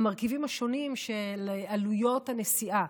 המרכיבים השונים של עלויות הנסיעה.